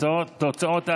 בבקשה.